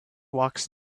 walks